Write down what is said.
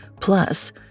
Plus